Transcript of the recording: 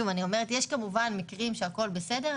שוב, יש כמובן מקרים שהכול בסדר,